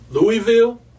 Louisville